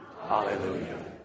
Hallelujah